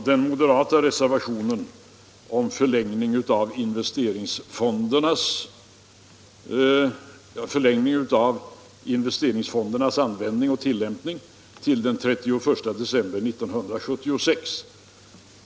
Den moderata reservationen gäller en förlängning av investeringsfondernas användning och tillämpning till den 31 december 1976.